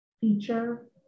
feature